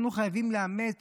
אנו חייבים לעשות